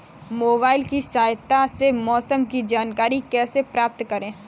Mobile की सहायता से मौसम की जानकारी कैसे प्राप्त करें?